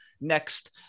next